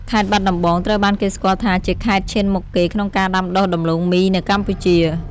ខេត្តបាត់ដំបង ត្រូវបានគេស្គាល់ថាជាខេត្តឈានមុខគេក្នុងការដាំដុះដំឡូងមីនៅកម្ពុជា។